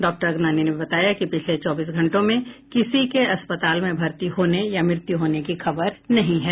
doctor Agnani ने बताया कि पिछले चौबीस घंटों में किसी के अस्पताल में भर्ती होने या मृत्यु होने की खबर नहीं हैं